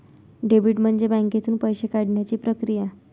debit म्हणजे बँकेतून पैसे काढण्याची प्रक्रिया